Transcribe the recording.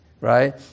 right